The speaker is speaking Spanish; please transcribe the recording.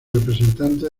representantes